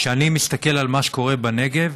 כשאני מסתכל על מה שקורה בנגב,